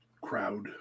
crowd